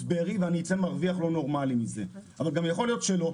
בארי ואני אצא מרוויח מזה אבל גם יכול להיות שלא.